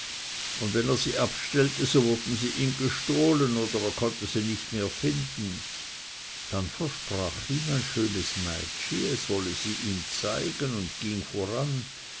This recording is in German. und wenn er sie abstellte so wurden sie ihm gestohlen oder er konnte sie sonst nicht mehr finden dann versprach ihm ein schönes meitschi es wolle sie ihm zeigen und ging voran